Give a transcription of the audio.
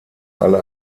alle